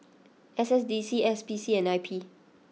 S S D C S P C and I P